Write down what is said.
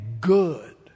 good